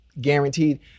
guaranteed—